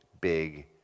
big